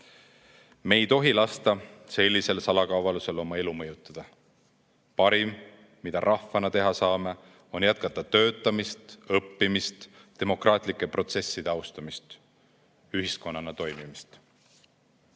Me ei tohi lasta sellisel salakavalusel oma elu mõjutada. Parim, mida rahvana teha saame, on jätkata töötamist, õppimist, demokraatlike protsesside austamist, ühiskonnana toimimist. Selline